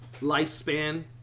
lifespan